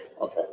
Okay